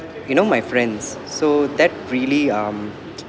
you know my friends so that really um